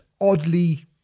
oddly